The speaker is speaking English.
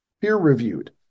peer-reviewed